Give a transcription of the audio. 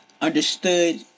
understood